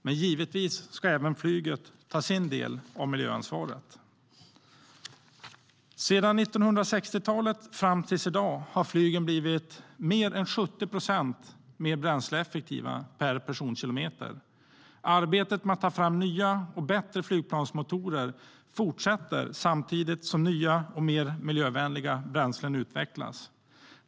Men givetvis ska även flyget ta sin del av miljöansvaret. Sedan 1960-talet fram till i dag har flygen blivit mer än 70 procent mer bränsleeffektiva per personkilometer. Arbetet med att ta fram nya och bättre flygplansmotorer fortsätter samtidigt som nya och mer miljövänliga bränslen utvecklas.